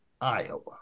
Iowa